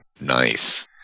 Nice